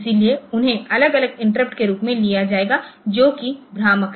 इसलिए उन्हें अलग अलग इंटरप्ट के रूप में लिया जाएगा जो कि भ्रामक है